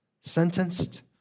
Sentenced